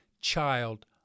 child